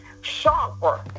sharper